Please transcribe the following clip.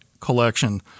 collection